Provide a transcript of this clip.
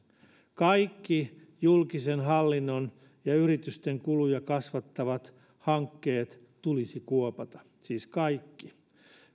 kaikki julkisen hallinnon ja yritysten kuluja kasvattavat hankkeet tulisi kuopata siis kaikki